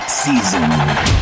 season